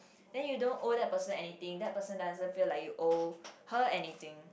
then you don't owe that person anything that person doesn't feel like you owe her anything